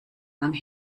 lang